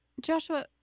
Joshua